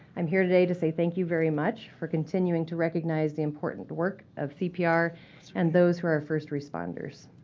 i'm here today to say thank you very much for continuing to recognize the important work of cpr and those who are are first responders.